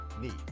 need